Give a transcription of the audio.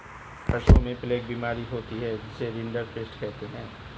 पशुओं में प्लेग बीमारी होती है जिसे रिंडरपेस्ट कहते हैं